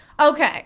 Okay